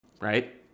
right